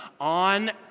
on